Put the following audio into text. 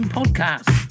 podcast